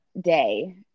day